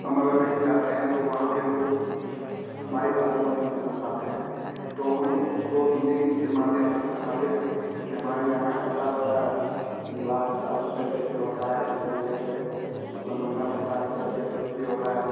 हम अगर कहीं जाते हैं तो वहाँ के लोग हमारे भाषा को नहीं समझ पाते हैं तो हम उसको हिंदी के माध्यम से समझाते हैं कि हमारे यहाँ ऐसा होता है विवाह ऐसा इस तरीक़े से होता है इस तरीके से मतलब मुंडन होता है इस तरीक़े से कुछ भी होता है